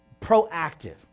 proactive